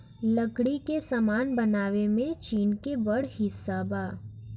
लकड़ी के सामान बनावे में चीन के बड़ हिस्सा बा